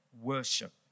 worship